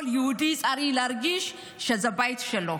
כל יהודי צריך להרגיש שזה הבית שלו.